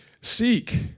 Seek